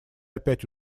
опять